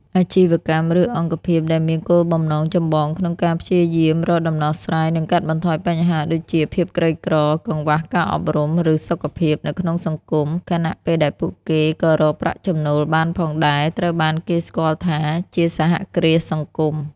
អាជីវកម្ម ឬអង្គភាពដែលមានគោលបំណងចម្បងក្នុងការព្យាយាមរកដំណោះស្រាយ និងកាត់បន្ថយបញ្ហាដូចជា ភាពក្រីក្រ កង្វះការអប់រំ ឬសុខភាព នៅក្នុងសង្គម ខណៈពេលដែលពួកគេក៏រកប្រាក់ចំណូលបានផងដែរ ត្រូវបានគេស្គាល់ថាជា សហគ្រាសសង្គម។